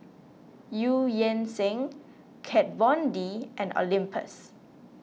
Eu Yan Sang Kat Von D and Olympus